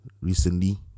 recently